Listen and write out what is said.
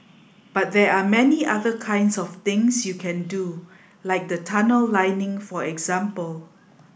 but there are many other kinds of things you can do like the tunnel lining for example